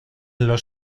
los